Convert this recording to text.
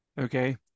Okay